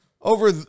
over